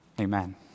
Amen